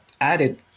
added